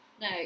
No